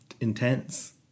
intense